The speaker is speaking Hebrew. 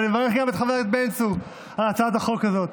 ואני מברך גם את חבר הכנסת בן צור על הצעת החוק הזאת.